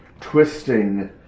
twisting